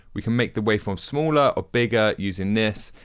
we can make the waveform smaller or bigger using this.